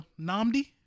Namdi